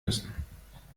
müssen